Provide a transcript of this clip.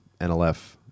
NLF